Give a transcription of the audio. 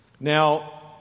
Now